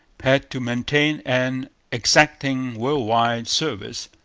had to maintain an exacting world-wide service,